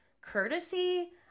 courtesy